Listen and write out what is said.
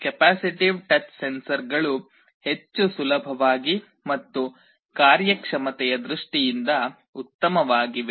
ಸಹಜವಾಗಿ capacitive touch ಸೆನ್ಸರ್ಗಳು ಹೆಚ್ಚು ಸುಲಭವಾಗಿ ಮತ್ತು ಕಾರ್ಯಕ್ಷಮತೆಯ ದೃಷ್ಟಿಯಿಂದ ಉತ್ತಮವಾಗಿವೆ